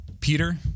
Peter